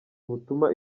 butuma